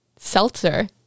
Seltzer